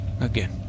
Again